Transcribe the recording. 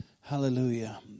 Hallelujah